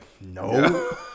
no